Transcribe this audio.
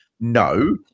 No